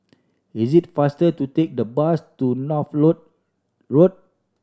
is it faster to take the bus to Northolt Road